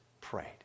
prayed